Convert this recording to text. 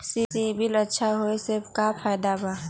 CIBIL अच्छा होऐ से का फायदा बा?